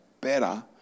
better